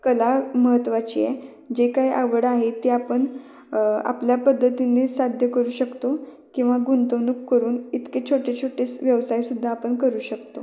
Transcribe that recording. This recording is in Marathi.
कला महत्त्वाची आहे जे काय आवड आहे ते आपण आपल्या पद्धतीने साध्य करू शकतो किंवा गुंतवणूक करून इतके छोटे छोटेस व्यवसायसुद्धा आपण करू शकतो